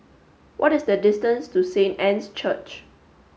what is the distance to Saint Anne's Church